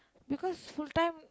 because full time